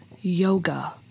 yoga